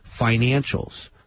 financials